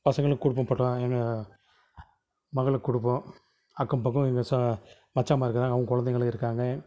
பசங்களுக்குக் குடுப்போம் எங்கள் மகளுக்குக் கொடுப்போம் அக்கம்பக்கம் இந்த சா மச்சான்மார்களும் அவங்க குழந்தைங்களும் இருக்காங்க